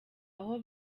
abo